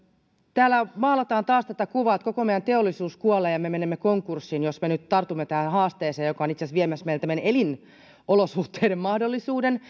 täällä maalataan taas tätä kuvaa että koko meidän teollisuutemme kuolee ja me menemme konkurssiin jos me nyt tartumme tähän haasteeseen joka on itse asiassa viemässä meiltä meiltä elinolosuhteiden mahdollisuuden